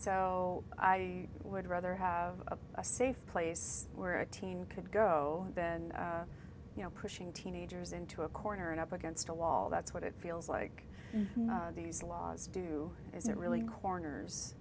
so i would rather have a safe place where a teen could go than you know pushing teenagers into a corner and up against a wall that's what it feels like these laws do is it really corners